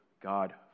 God